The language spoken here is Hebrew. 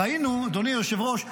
אדוני היושב-ראש,